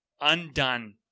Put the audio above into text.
undone